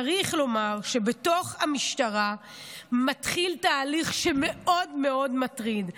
צריך לומר שבתוך המשטרה מתחיל תהליך מאוד מאוד מטריד,